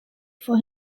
for